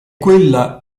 quella